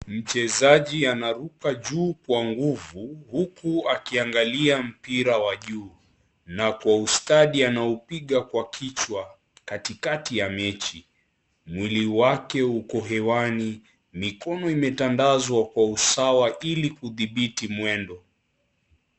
Mchezaji anaruka juu kwa nguvu, huku akiangalia mpira wa juu na kwa ustadi anaupiga kwa kichwa katikati ya mechi. Mwili wake uko hewani, mikono imetandazwa kwa usawa ili kudhibiti mwendo.